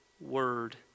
word